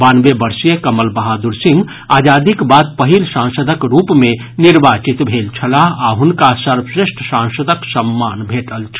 बानवे वर्षीय कमल बहादुर सिंह आजादीक बाद पहिल सांसदक रूप मे निर्वाचित भेल छलाह आ हुनका सर्वश्रेष्ठ सांसदक सम्मान भेटल छल